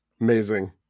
Amazing